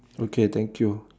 okay thank you